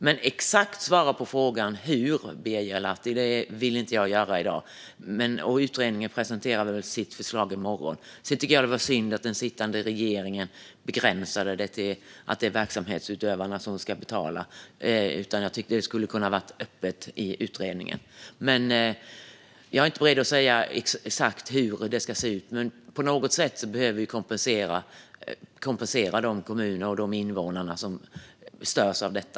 Men att svara på frågan exakt hur, Birger Lahti, det vill jag inte göra i dag. Utredningen presenterar väl sitt förslag i morgon. Jag tycker också att det var synd att den sittande regeringen begränsade det till att det är verksamhetsutövarna som ska betala. Jag tycker att det skulle ha varit öppet i utredningen. Jag är inte beredd att säga exakt hur det ska se ut, men på något sätt behöver vi kompensera de kommuner och de invånare som störs av detta.